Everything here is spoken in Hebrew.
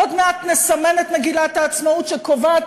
עוד מעט נסמן את מגילת העצמאות שקובעת